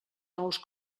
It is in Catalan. nous